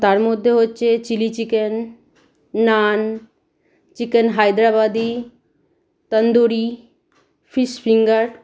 তার মধ্যে হচ্ছে chilli chicken naan chicken Hyderabadi tandoori fish finger